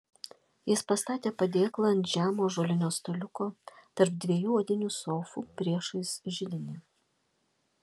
jis pastatė padėklą ant žemo ąžuolinio staliuko tarp dviejų odinių sofų priešais židinį